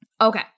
Okay